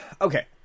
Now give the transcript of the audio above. Okay